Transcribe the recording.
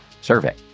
survey